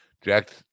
Jack